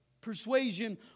persuasion